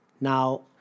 Now